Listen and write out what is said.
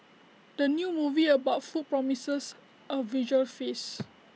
the new movie about food promises A visual feast